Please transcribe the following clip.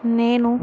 నేను